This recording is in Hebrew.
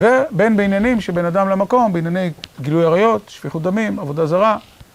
ובין בעניינים שבין אדם למקום, בענייני גילוי עריות, שפיכות דמים, עבודה זרה.